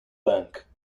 bank